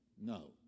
No